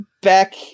back